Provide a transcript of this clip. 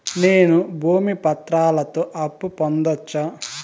నేను భూమి పత్రాలతో అప్పు పొందొచ్చా?